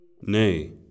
Nay